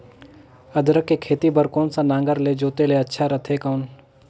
अदरक के खेती बार कोन सा नागर ले जोते ले अच्छा रथे कौन?